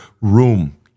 room